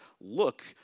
look